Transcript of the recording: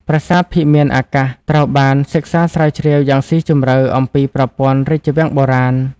ប្រាសាទភិមានអាកាសត្រូវបានសិក្សាស្រាវជ្រាវយ៉ាងស៊ីជម្រៅអំពីប្រព័ន្ធរាជវាំងបុរាណ។